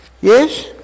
yes